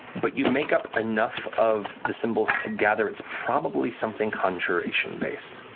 but you make up enough of the symbols to gather it's probably something conjuration-based.